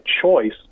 choice